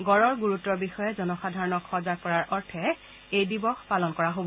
গঁড়ৰ গুৰুত্বৰ বিষয়ে জনসাধাৰণক সজাগ কৰাৰ অৰ্থে এই দিৱস পালন কৰা হব